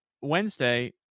Wednesday